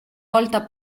volta